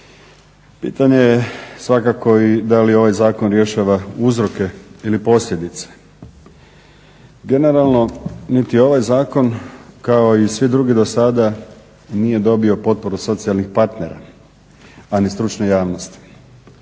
Pitanje je svakako i da li ovaj zakon rješava uzroke ili posljedice. Generalno, niti ovaj zakon kao i svi drugi do sad nije dobio potporu socijalnih partnera, a ni stručne javnosti.